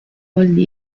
football